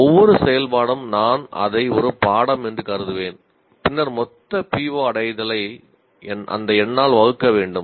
ஒவ்வொரு செயல்பாடும் நான் அதை ஒரு பாடம் என்று கருதுவேன் பின்னர் மொத்த PO அடையலை அந்த எண்ணால் வகுக்க வேண்டும்